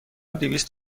دویست